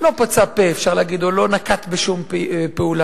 לא פצה פה, אפשר להגיד, או לא נקט שום פעולה.